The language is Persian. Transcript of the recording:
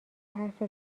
حرف